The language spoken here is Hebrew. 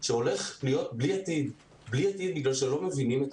שהולך להיות בלי עתיד בגלל שלא מבינים את